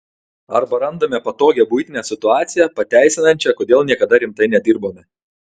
arba randame patogią buitinę situaciją pateisinančią kodėl niekada rimtai nedirbome